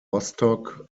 rostock